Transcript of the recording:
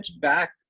back